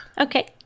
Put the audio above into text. Okay